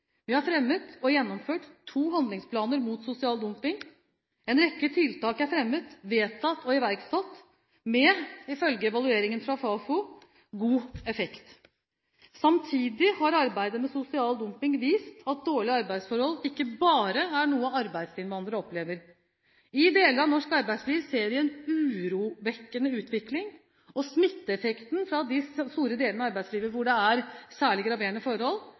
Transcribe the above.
Vi har fremmet og gjennomført to handlingsplaner mot sosial dumping. En rekke tiltak er fremmet, vedtatt og iverksatt med – ifølge evalueringen fra Fafo – god effekt. Samtidig har arbeidet med sosial dumping vist at dårlige arbeidsforhold ikke er noe bare arbeidsinnvandrere opplever. I deler av norsk arbeidsliv ser vi en urovekkende utvikling, og smitteeffekten fra de store delene av arbeidslivet hvor det er særlig graverende forhold,